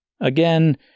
Again